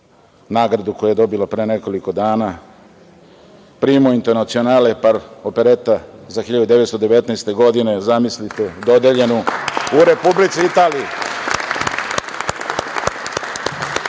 nagradu koju je dobila pre nekoliko dana, „primo internacionale par operete“ za 1919. godinu, zamislite, dodeljenu u Republici Italiji.